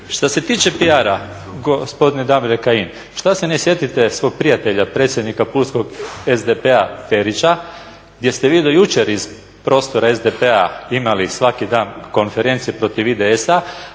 Što se tiče PR-a gospodine Damire Kajin što se ne sjetite svog prijatelja predsjednika pulskog SDP-a Ferića gdje ste vi do jučer iz prostora SDP-a imali svaki dan konferencije protiv IDS-a,